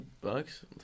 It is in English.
bucks